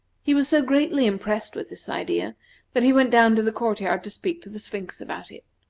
he was so greatly impressed with this idea that he went down to the court-yard to speak to the sphinx about it.